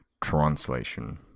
translation